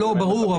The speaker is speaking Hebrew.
ברור,